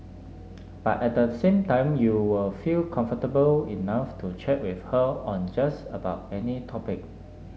but at the same time you will feel comfortable enough to chat with her on just about any topic